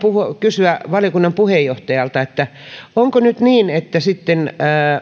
kysyä valiokunnan puheenjohtajalta onko nyt niin että